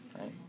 right